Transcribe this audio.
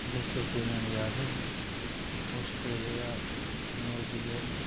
देशों के नाम याद हैं ऑस्ट्रेलिया न्यूजीलैंड न्यूजीलैंड